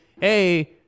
hey